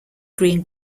green